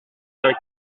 d’un